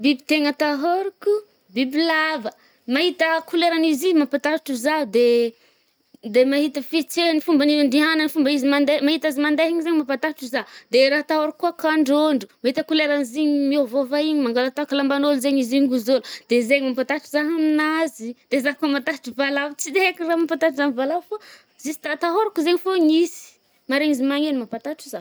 biby tegna atahôrako bibilava. Mahita koleran’izio mampatahotro zah de de mahita fietsehany, fomban’igny andehagnany-fomba izy mandeha-mahita azy mandeha igny zagny mampatahotro zah. De raha atahôrako kôa kandrôndro, mahita koleran’zigny miôvôva igny, mangalatahaka lamban’ôlo zaigny izigny ngozo ôlo de zaigny mampatahotra zah haminazy. De zah koà matahotry valavo, tsy haiko raha mampatahotra zah amy voalavo fa zista atahôrako zaigny fôgna izy, maregny izy maneno mampatohotro zah.